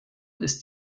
ist